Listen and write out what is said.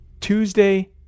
Tuesday